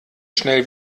schnell